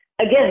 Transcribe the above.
again